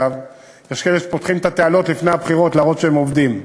יש כאלה שפותחים את התעלות לפני הבחירות להראות שהם עובדים,